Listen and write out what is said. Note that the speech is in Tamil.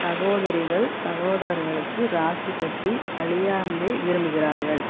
சகோதரிகள் சகோதரர்களுக்கு ராக்கி கட்டி அழியாமையை விரும்புகிறார்கள்